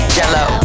jello